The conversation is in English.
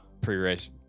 pre-race